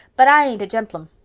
but i ain't a gemplum.